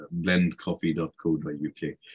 blendcoffee.co.uk